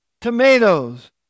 tomatoes